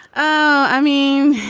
i mean,